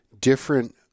different